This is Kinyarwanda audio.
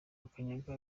makanyaga